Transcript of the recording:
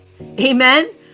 Amen